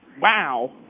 Wow